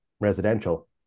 residential